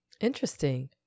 Interesting